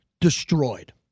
destroyed